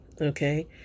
Okay